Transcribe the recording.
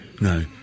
No